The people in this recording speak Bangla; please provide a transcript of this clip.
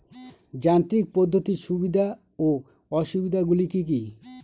যান্ত্রিক পদ্ধতির সুবিধা ও অসুবিধা গুলি কি কি?